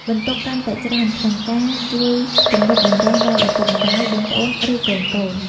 បន្ទុកកាន់តែច្រើនក្នុងការជួយទំនុកបម្រុងដល់ឪពុកម្ដាយ បងប្អូន ឬកូនៗ។